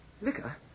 Liquor